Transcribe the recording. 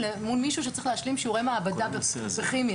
מול מישהו שצריך להשלים שיעורי מעבדה בכימיה.